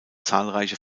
zahlreiche